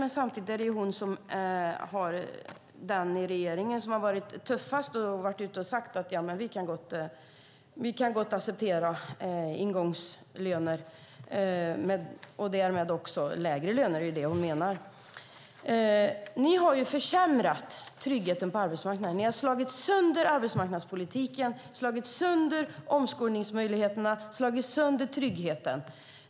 Men samtidigt är hon den i regeringen som har varit tuffast och sagt att man gott kan acceptera ingångslöner och därmed lägre löner, vilket är det som hon menar. Ni har försämrat tryggheten på arbetsmarknaden. Ni har slagit sönder arbetsmarknadspolitiken, slagit sönder omskolningsmöjligheterna och slagit sönder tryggheten.